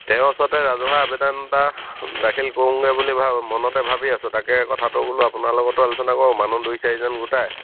তেওঁৰ ওচৰতে ৰাজহুৱা আবেদন এটা দাখিল কৰোঁগে বুলি মনতে ভাবি আছোঁ তাকে কথাটো বোলো আপোনাৰ লগতো আলোচনা কৰোঁ মানুহ দুই চাৰিজন গোটাই